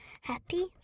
Happy